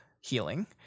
healing